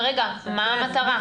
ורגע, מה המטרה?